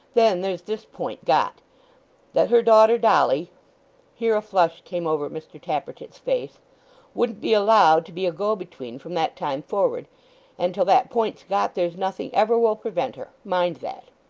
then there's this point got that her daughter dolly here a flush came over mr tappertit's face wouldn't be allowed to be a go-between from that time forward and till that point's got, there's nothing ever will prevent her. mind that